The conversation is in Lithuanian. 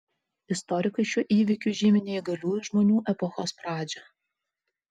istorikai šiuo įvykiu žymi neįgaliųjų žmonių epochos pradžią